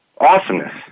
awesomeness